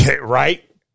Right